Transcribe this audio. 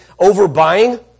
Overbuying